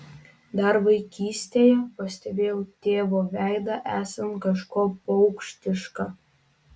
dar vaikystėje pastebėjau tėvo veidą esant kažkuo paukštišką